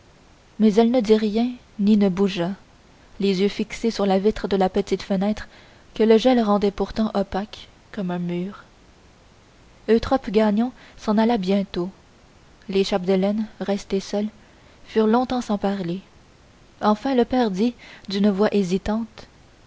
mais elle ne dit rien ni ne bougea les yeux fixés sur la vitre de la petite fenêtre que le gel rendait pourtant opaque comme un mur eutrope gagnon s'en alla bientôt les chapdelaine restés seuls furent longtemps sans parler enfin le père dit d'une voix hésitante